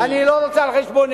אני לא רוצה על חשבוני.